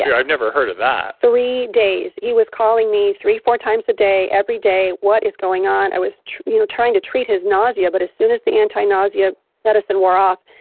i've never heard of that three days. he was calling me three, four times a day, every day, what is going on? i was you know trying to treat his nausea but as soon as the anti-nausea medicine wore off,